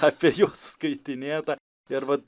apie juos skaitinėta ir vat